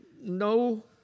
no